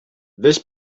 this